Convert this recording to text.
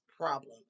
problem